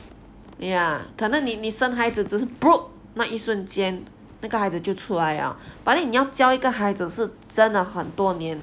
ya 可能你生孩子只是 一瞬间那个孩子就出来了 but then 你要教一个孩子是真的很多年